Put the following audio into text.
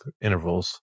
intervals